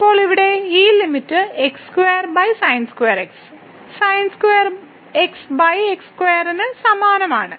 ഇപ്പോൾ ഇവിടെ ഈ ലിമിറ്റ് x2sin2x sin2xx2 സമാനമാണ്